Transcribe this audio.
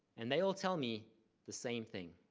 and they all tell me the same thing.